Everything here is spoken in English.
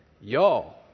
y'all